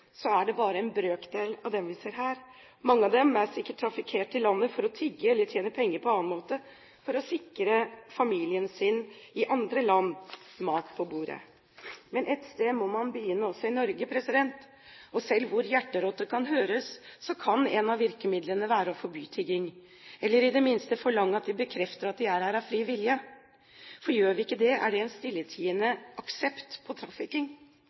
er det bare en brøkdel av dem vi ser her. Mange av dem er sikkert kommet til landet for å tigge eller tjene penger på annen måte – trafficking – for å sikre familien sin i et annet land mat på bordet. Men ett sted må man begynne også i Norge, og hvor hjerterått det enn kan høres, kan et av virkemidlene være å forby tigging, eller i det minste forlange at de bekrefter at de er her av fri vilje. For gjør vi ikke det, er det en stilltiende aksept